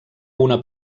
una